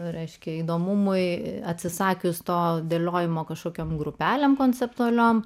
reiškia įdomumui atsisakius to dėliojimo kažkokiom grupelėm konceptualiom